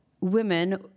women